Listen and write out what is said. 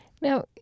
Now